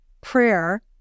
prayer